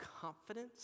confidence